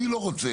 אני לא רוצה